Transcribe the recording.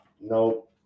no